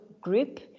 group